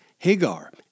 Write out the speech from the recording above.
Hagar